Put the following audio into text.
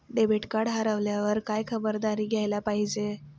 Debit card हरवल्यावर काय खबरदारी घ्यायला पाहिजे?